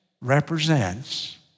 represents